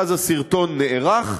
ואז הסרטון נערך,